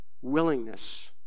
willingness